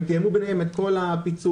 הם תיאמו ביניהם את כל הפיצויים,